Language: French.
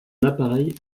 appareil